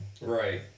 Right